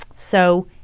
so,